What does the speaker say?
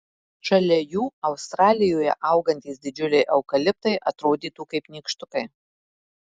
šalia jų australijoje augantys didžiuliai eukaliptai atrodytų kaip nykštukai